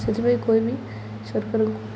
ସେଥିପାଇଁ କହିବିି ସରକାରଙ୍କୁ